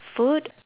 food